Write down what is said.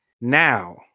Now